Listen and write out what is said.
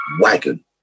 wagon